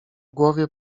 głowie